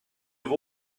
have